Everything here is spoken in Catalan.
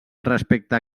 respecte